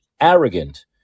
arrogant